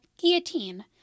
guillotine